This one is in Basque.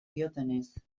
diotenez